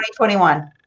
2021